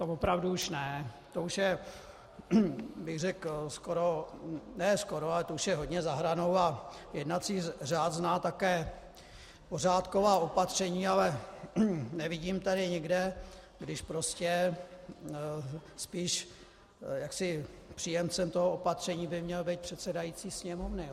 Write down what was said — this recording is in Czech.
To opravdu už ne, to už je řekl bych skoro, ne skoro, ale to už je hodně za hranou, a jednací řád zná také pořádková opatření, ale nevidím tady nikde, když prostě spíš jaksi příjemcem toho opatření by měl být předsedající Sněmovny.